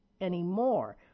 anymore